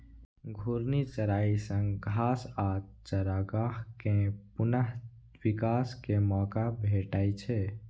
घूर्णी चराइ सं घास आ चारागाह कें पुनः विकास के मौका भेटै छै